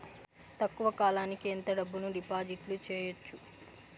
తక్కువ కాలానికి ఎంత డబ్బును డిపాజిట్లు చేయొచ్చు?